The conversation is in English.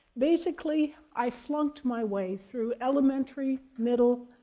basically, i flunked my way through elementary, middle,